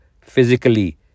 physically